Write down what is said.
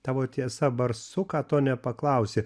tavo tiesa barsuką to nepaklausi